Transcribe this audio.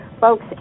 Folks